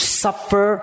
suffer